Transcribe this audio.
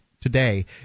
today